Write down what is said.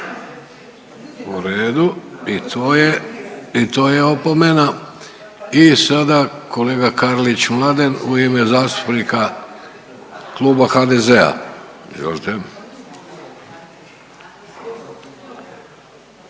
to je, i to je opomena i sada kolega Karlić Mladen u ime zastupnika Kluba HDZ-a,